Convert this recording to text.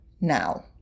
now